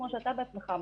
כמו שאתה בעצמך אמרת,